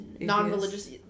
non-religious